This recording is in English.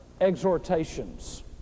exhortations